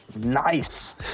Nice